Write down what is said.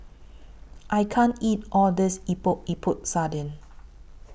I can't eat All of This Epok Epok Sardin